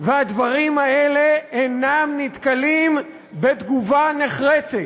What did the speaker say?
והדברים האלה אינם נתקלים בתגובה נחרצת,